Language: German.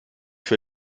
für